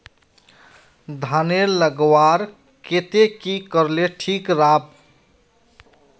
धानेर लगवार केते की करले ठीक राब?